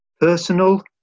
Personal